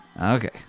Okay